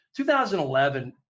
2011